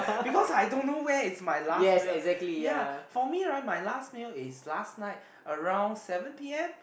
because I don't know where is my last meal ya for me right my last meal is last night around seven p_m